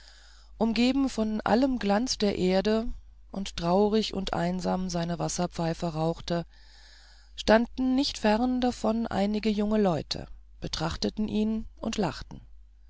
umgeben von allem glanz der erde und traurig und einsam seine wasserpfeife rauchte standen nicht ferne davon einige junge leute betrachteten ihn und lachten